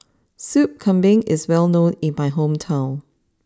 Soup Kambing is well known in my hometown